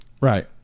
right